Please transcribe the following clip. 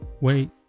wait